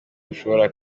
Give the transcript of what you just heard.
bushoboka